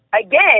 again